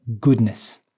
goodness